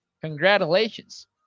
Congratulations